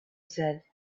said